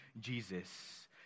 Jesus